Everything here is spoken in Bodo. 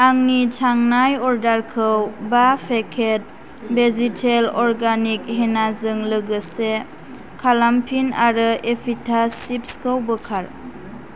आंनि थांनाय अर्डारखौ बा पेकेट बेजितेल अर्गेनिक हेनाजों लोगोसे खालामफिन आरो एपिटास चिप्सखौ बोखार